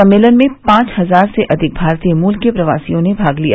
सम्बेलन में पांच हजार से अधिक भारतीय मूल के प्रवासियों ने भाग लिया